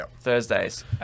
Thursdays